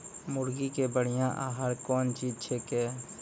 मुर्गी के बढ़िया आहार कौन चीज छै के?